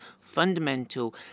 fundamental